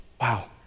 Wow